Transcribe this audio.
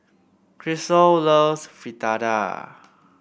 Krystle loves Fritada